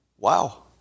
Wow